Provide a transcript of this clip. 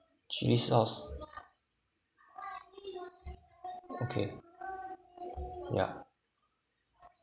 chili sauce okay yeah